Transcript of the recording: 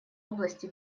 области